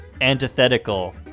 antithetical